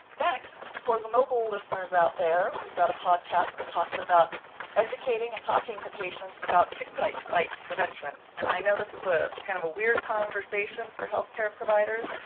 next, for the mobile listeners out there, we've got a podcast that talks about educating and talking to patients about tick bite bite prevention, and i know this is ah kind of a weird conversation for health care providers,